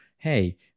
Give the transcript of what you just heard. hey